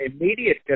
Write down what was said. immediate